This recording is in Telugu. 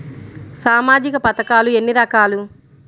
సామాజిక పథకాలు ఎన్ని రకాలు?